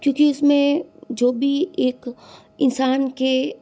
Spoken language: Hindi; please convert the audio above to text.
क्योंकि उसमें जो भी एक इंसान के